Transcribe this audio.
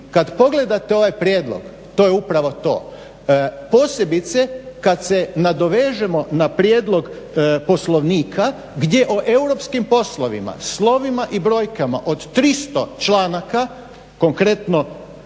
kad pogledate ovaj prijedlog to je upravo to. Posebice kad se nadovežemo na prijedlog Poslovnika gdje o europskim poslovima slovima i brojkama od 300 članaka konkretno